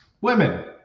women